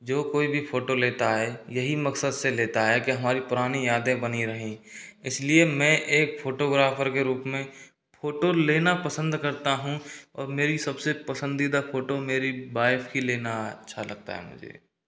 जो कोई भी फोटो लेता है यही मकसद से लेता है कि हमारी पुरानी यादें बनी रहीं इसलिए मैं एक फोटोग्राफर के रूप में फोटो लेना पसंद करता हूँ और मेरी सबसे पसंदीदा फोटो मेरी वाइफ की लेना अच्छा लगता है मुझे